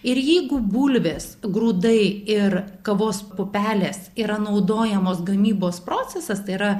ir jeigu bulvės grūdai ir kavos pupelės yra naudojamos gamybos procesas tai yra